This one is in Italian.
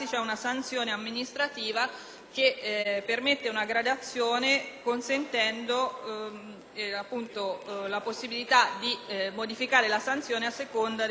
la possibilità di modificare la sanzione a seconda della gravità dell'infrazione. Il secondo emendamento, invece, è volto ad evitare